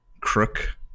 crook